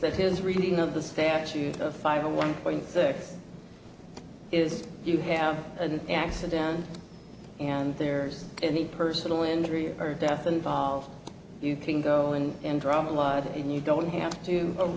that his reading of the statute of five a one point six it is you have an accident and there's any personal injury or death involved you can go in and draw blood and you don't have to